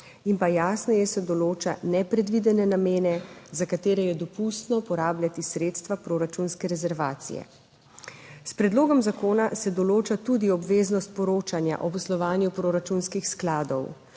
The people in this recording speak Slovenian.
in pa jasneje se določa nepredvidene namene, za katere je dopustno uporabljati sredstva proračunske rezervacije. S predlogom zakona se določa tudi obveznost poročanja o poslovanju proračunskih skladov.